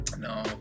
No